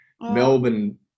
Melbourne